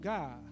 God